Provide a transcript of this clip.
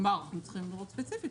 כלומר אנחנו צריכים לראות ספציפית,